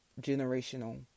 generational